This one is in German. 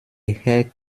eher